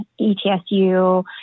ETSU